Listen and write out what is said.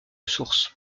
source